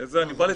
אני בא לתקן.